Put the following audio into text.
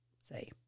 say